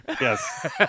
yes